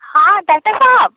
हँ डॉक्टर साहब